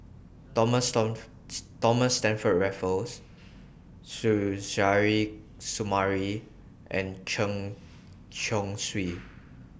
Thomas Stamford Raffles Suzairhe Sumari and Chen Chong Swee